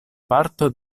parto